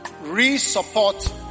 re-support